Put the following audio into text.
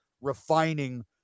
refining